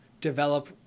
develop